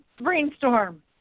brainstorm